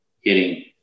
hitting